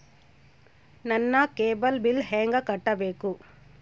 ನನ್ನ cable bill ಹೆಂಗ ಕಟ್ಟಬೇಕು?